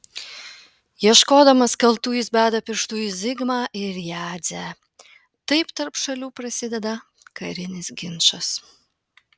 ieškodamas kaltų jis beda pirštu į zigmą ir jadzę taip tarp šalių prasideda karinis ginčas